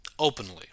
openly